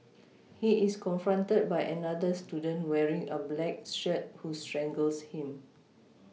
he is confronted by another student wearing a black shirt who strangles him